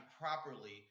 properly